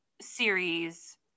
series